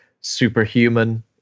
superhuman